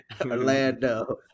Orlando